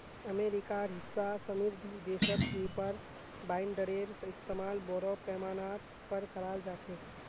अमेरिकार हिस्सा समृद्ध देशत रीपर बाइंडरेर इस्तमाल बोरो पैमानार पर कराल जा छेक